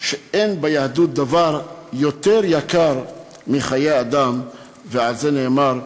שאין ביהדות דבר יותר יקר מחיי אדם, ועל זה נאמר: